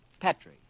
Petri